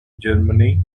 germany